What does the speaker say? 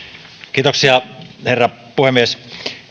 kiitoksia herra puhemies